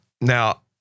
now